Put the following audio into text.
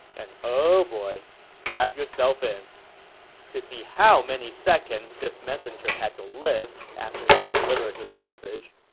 and oh boy. strap yourself in to see how many seconds this messenger had to live after he delivered his message,